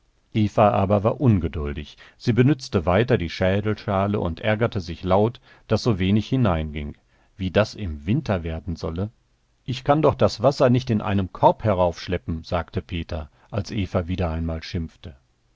aber war ungeduldig sie benützte weiter die schädelschale und ärgerte sich laut daß so wenig hineinging wie das im winter werden solle ich kann doch das wasser nicht in einem korb heraufschleppen sagte peter als eva wieder einmal schimpfte